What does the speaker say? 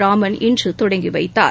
ராமன் இன்று தொடங்கி வைத்தார்